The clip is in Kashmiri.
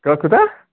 کیٛاہ کوٗتاہ